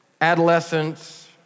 adolescence